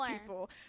people